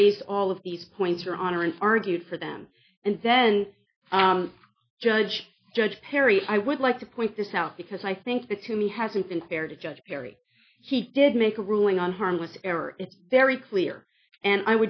raised all of these points your honor and argued for them and then judge judge perry i would like to point this out because i think that to me hasn't been fair to judge perry he did make a ruling on harmless error is very clear and i